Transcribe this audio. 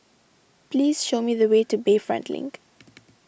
please show me the way to Bayfront Link